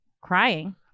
crying